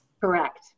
Correct